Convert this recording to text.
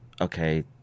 okay